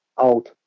out